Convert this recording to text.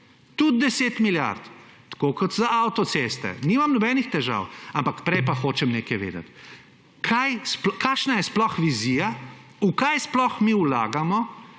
tudi 10 milijard, tako kot za avtoceste, nimam nobenih težav, ampak prej pa hočem nekaj vedeti. Kakšna je sploh vizija, v kaj sploh mi vlagamo